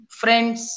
friends